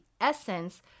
essence